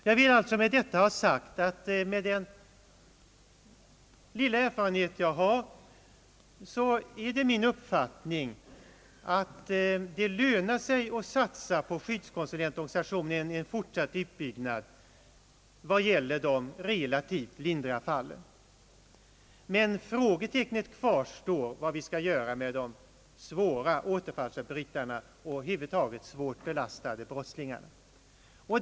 Jag vill alltså med detta ha sagt, att min erfarenhet gett mig den uppfattningen att det lönar sig att satsa på skyddskonsulentorganisationen med en fortsatt utbyggnad när det gäller de relativt lindriga fallen. Men frågetecknet kvarstår, vad skall vi göra med återfallsförbrytare och över huvud taget de svårt belastade brottslingarna.